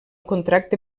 contracte